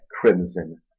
crimson